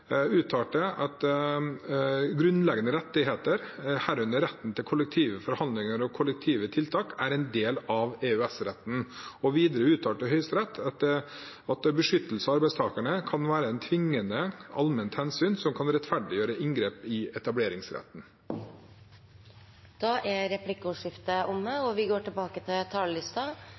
grunnleggende rettigheter, herunder retten til kollektive forhandlinger og kollektive tiltak, er en del av EØS-retten. Videre uttalte Høyesterett at beskyttelse av arbeidstakerne kan være et tvingende allment hensyn som kan rettferdiggjøre inngrep i etableringsretten. Replikkordskiftet er dermed omme.